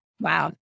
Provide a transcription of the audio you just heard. Wow